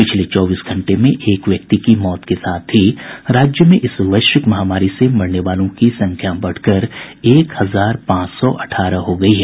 पिछले चौबीस घंटे में एक व्यक्ति की मौत के साथ ही राज्य में इस वैश्विक महामारी से मरने वालों की संख्या बढ़कर एक हजार पांच सौ अठारह हो गई है